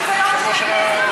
הביזיון של הכנסת.